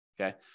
Okay